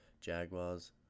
jaguars